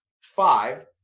five